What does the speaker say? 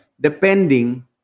depending